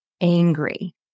angry